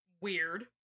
Weird